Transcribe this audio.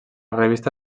revista